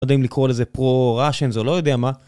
לא יודע אם לקרוא לזה פרו ראשן, זה לא יודע מה.